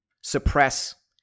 suppress